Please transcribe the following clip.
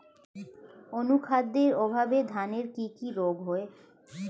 অনুখাদ্যের অভাবে ধানের কি কি রোগ হয়?